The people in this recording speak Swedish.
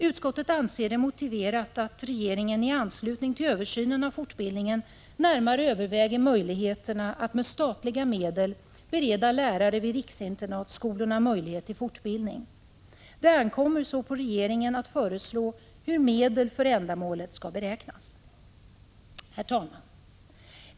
Utskottet anser det motiverat att regeringen i anslutning till beredningen av ärendet angående fortbildningen närmare överväger möjligheterna att med statliga medel bereda lärare vid riksinternatskolorna möjlighet till fortbildning. Det ankommer på regeringen att föreslå hur medel för ändamålet skall beräknas. Herr talman!